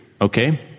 Okay